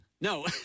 No